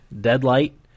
Deadlight